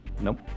Nope